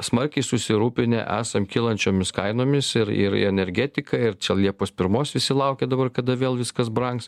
smarkiai susirūpinę esam kylančiomis kainomis ir ir į energetiką ir čia liepos pirmos visi laukia dabar kada vėl viskas brangs